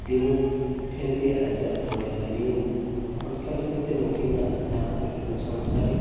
ᱫᱤᱱᱩ ᱴᱷᱮᱱᱜᱮ ᱟᱡᱟᱜ ᱢᱚᱱᱮ ᱡᱷᱟᱞᱤᱭᱮᱱᱟ ᱚᱱᱠᱟᱞᱮᱠᱟᱛᱮ ᱱᱩᱠᱤᱱᱟᱜ ᱡᱟᱦᱟᱸ ᱟᱠᱤᱱᱟᱜ ᱥᱚᱝᱥᱟᱨᱤᱠ